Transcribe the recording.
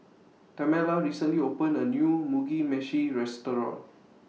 Tamela recently opened A New Mugi Meshi Restaurant